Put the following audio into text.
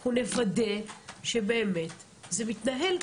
אנחנו נוודא שבאמת זה מתנהל.